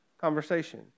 conversation